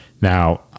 Now